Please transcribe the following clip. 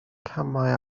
camau